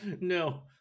No